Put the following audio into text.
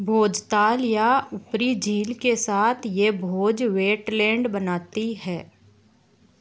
भोजताल या ऊपरी झील के साथ ये भोज वेटलैंड बनाती है